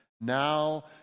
now